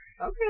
Okay